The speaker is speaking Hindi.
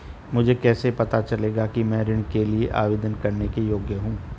मुझे कैसे पता चलेगा कि मैं ऋण के लिए आवेदन करने के योग्य हूँ?